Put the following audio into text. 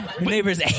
Neighbor's